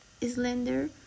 slender